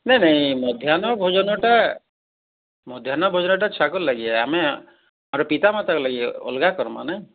ନାଇଁ ନାଇଁ ମଧ୍ୟାନ୍ନ ଭୋଜନଟା ମଧ୍ୟାନ ଭୋଜନଟା ଛୁଆଙ୍କର ଲାଗି ଆମେ ପିତାମାତାଙ୍କ ଲାଗି ଅଲଗା କରମା ନା